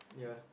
yeah